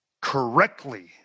correctly